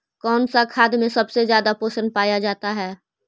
कौन सा खाद मे सबसे ज्यादा पोषण पाया जाता है?